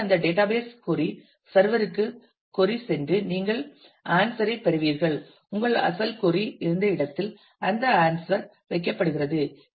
எனவே அந்த database query server ற்கு கொறி சென்று நீங்கள் ஆன்சர் ஐ பெறுவீர்கள் உங்கள் அசல் கொறி இருந்த இடத்தில் அந்த ஆன்சர் வைக்கப்படுகிறது